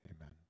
Amen